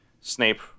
Snape